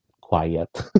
quiet